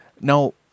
Now